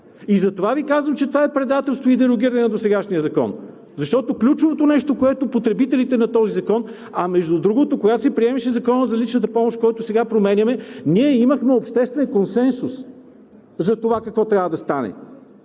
Затова Ви казвам, че това е предателство и дерогиране на досегашния закон, защото ключовото нещо, което потребителите на този закон… А между другото, когато се приемаше Законът за личната помощ, който сега променяме, ние имахме обществен консенсус за това какво трябва да стане.